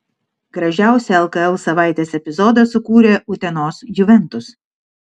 gražiausią lkl savaitės epizodą sukūrė utenos juventus